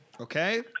Okay